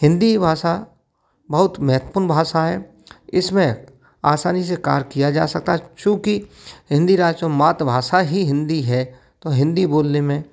हिंदी भाषा बहुत महत्वपूर्ण भाषा है इसमें आसानी से कार्य किया जा सकता है चूंकि हिंदी राज्यों में मातृभाषा ही हिंदी है तो हिंदी बोलने में